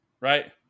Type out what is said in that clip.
Right